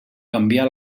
canvià